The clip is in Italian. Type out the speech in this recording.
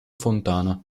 fontana